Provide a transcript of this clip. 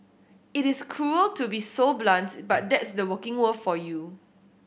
it is cruel to be so blunts but that's the working world for you